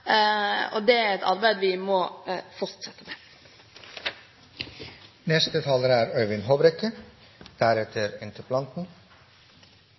og det er et arbeid vi må fortsette